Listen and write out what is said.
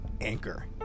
Anchor